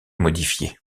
modifiée